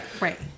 right